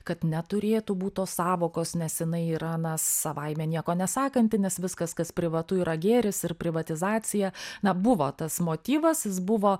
kad neturėtų būt tos sąvokos nes jinai yra na savaime nieko nesakanti nes viskas kas privatu yra gėris ir privatizacija na buvo tas motyvas jis buvo